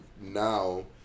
now